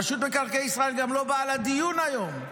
רשות מקרקעי ישראל גם לא באה לדיון היום.